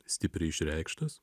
stipriai išreikštas